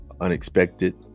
Unexpected